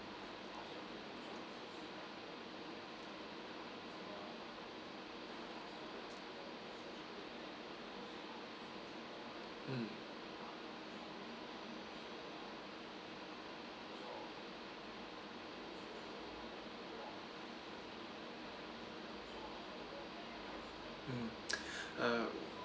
mm mm uh